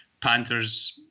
Panthers